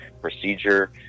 procedure